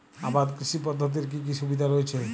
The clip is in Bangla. আবাদ কৃষি পদ্ধতির কি কি সুবিধা রয়েছে?